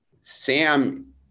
Sam